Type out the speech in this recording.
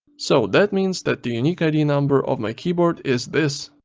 so, that means that the unique id number of my keyboard is this.